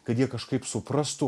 kad jie kažkaip suprastų